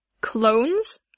Clones